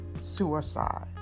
suicide